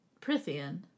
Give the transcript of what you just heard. Prithian